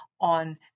on